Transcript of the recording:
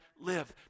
live